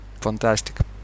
Fantastic